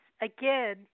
again